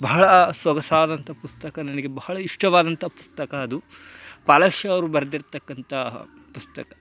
ಬಹಳ ಸೊಗಸಾದಂತ ಪುಸ್ತಕ ನನಗೆ ಬಹಳ ಇಷ್ಟವಾದಂತಹ ಪುಸ್ತಕ ಅದು ಫಾಲಕ್ಷವರು ಬರೆದಿರ್ತಕ್ಕಂಥ ಪುಸ್ತಕ